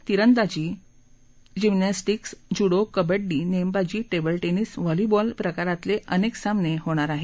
आज तिरंदाजी धावणे जिम्नॅस्टिक्स जुडो कबङ्डी नेमबाजी टेबलटेनिस व्हॉलीबॉल प्रकारातले अनेक सामने होणार आहेत